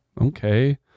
Okay